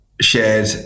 shared